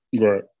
Right